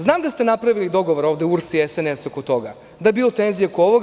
Znam da ste napravili dogovor ovde URS i SNS oko toga, da je bilo tenzije oko ovoga.